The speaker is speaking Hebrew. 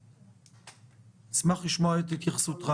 אשמח לשמוע את התייחסותך.